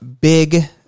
big